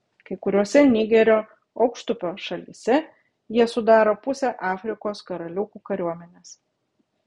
kai kuriose nigerio aukštupio šalyse jie sudaro pusę afrikos karaliukų kariuomenės